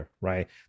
right